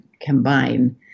combine –